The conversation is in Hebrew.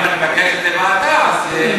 אבל אם את מבקשת להעביר לוועדה אני לא אתנגד.